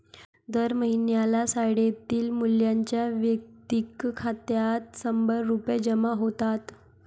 दर महिन्याला शाळेतील मुलींच्या वैयक्तिक खात्यात शंभर रुपये जमा होतात